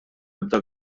ebda